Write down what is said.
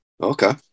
Okay